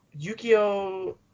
Yukio